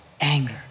anger